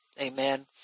amen